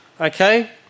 okay